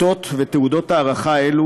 אותות ותעודות הערכה אלו,